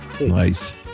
nice